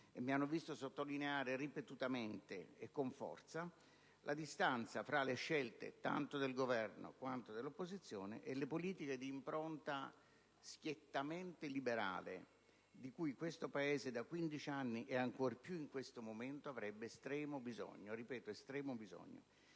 Mi hanno visto sottolineare, ripetutamente e con forza, la distanza tra le scelte - tanto del Governo quanto dell'opposizione - e le politiche di impronta schiettamente liberale di cui questo Paese da 15 anni, ed ancor più in questo momento, avrebbe estremo bisogno, se possibile nei